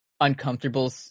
uncomfortable